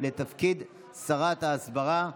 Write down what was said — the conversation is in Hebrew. לתפקיד שרת ההסברה.